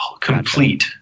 complete